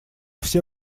все